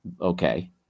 okay